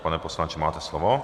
Pane poslanče, máte slovo.